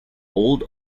old